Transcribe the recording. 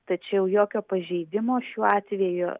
tačiau jokio pažeidimo šiuo atveju